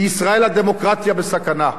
בישראל הדמוקרטיה בסכנה.